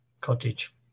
cottage